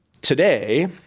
Today